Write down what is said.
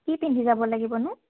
কি পিন্ধি যাব লাগিবনো